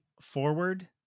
forward